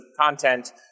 content